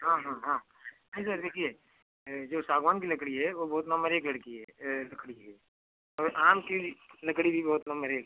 हाँ हाँ हाँ नहीं सर देखिए जो सागवान की लकड़ी है वो बहुत नम्बर एक लड़की हे लकड़ी हे और आम की लकड़ी वी बहुत नम्बर एक है